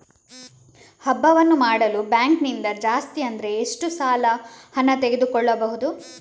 ಹಬ್ಬವನ್ನು ಮಾಡಲು ಬ್ಯಾಂಕ್ ನಿಂದ ಜಾಸ್ತಿ ಅಂದ್ರೆ ಎಷ್ಟು ಸಾಲ ಹಣ ತೆಗೆದುಕೊಳ್ಳಬಹುದು?